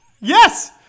Yes